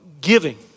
giving